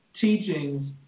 Teachings